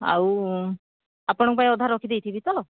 ଆଉ ଆପଣଙ୍କ ପାଇଁ ଅଧା ରଖିଦେଇଥିବି ତ